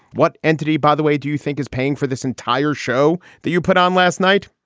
what entity, by the way, do you think is paying for this entire show that you put on last night?